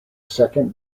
second